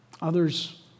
Others